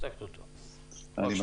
אני מסביר: